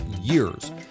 years